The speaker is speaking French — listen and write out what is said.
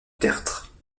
tertre